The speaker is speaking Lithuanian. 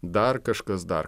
dar kažkas dar